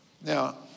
Now